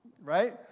Right